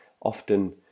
often